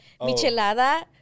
michelada